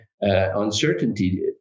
uncertainty